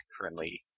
currently